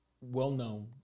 well-known